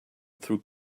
through